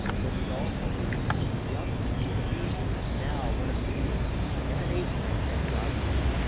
but we also need galvanize. phoenix is now one of the leaders in the nation in tech job growth,